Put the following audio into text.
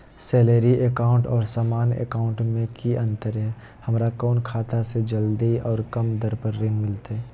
Salary account और सामान्य account मे की अंतर है हमरा कौन खाता से जल्दी और कम दर पर ऋण मिलतय?